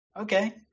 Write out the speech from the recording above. Okay